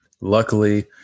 Luckily